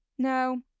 no